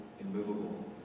immovable